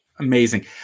amazing